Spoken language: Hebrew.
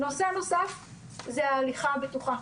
נושא נוסף זה ההליכה הבטוחה.